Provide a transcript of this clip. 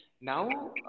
Now